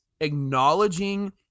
acknowledging